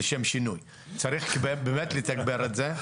צריך באמת לתגבר את זה.